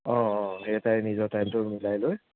অঁ অঁ সেই টাই নিজৰ টাইমটো মিলাই লৈ